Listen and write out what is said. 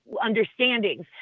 understandings